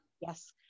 yes